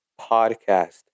podcast